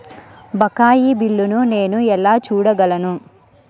బకాయి బిల్లును నేను ఎలా చూడగలను?